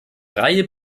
reihe